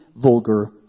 vulgar